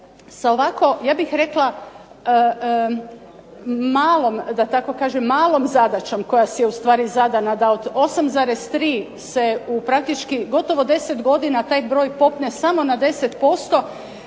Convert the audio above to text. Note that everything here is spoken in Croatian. ja bih rekla, malom zadaćom koja si je ustvari zadana da od 8,3 se u praktički gotovo 10 godina taj broj popne samo na 10%.